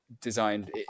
designed